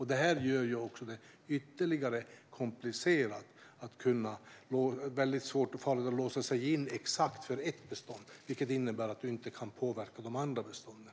Detta gör förhandlingarna än mer komplicerade. Det är svårt att låsa sig vid en exakt hantering av ett bestånd, vilket innebär att man inte kan påverka de andra bestånden.